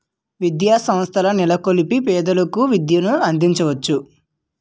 విద్యాసంస్థల నెలకొల్పి పేదలకు విద్యను అందించవచ్చు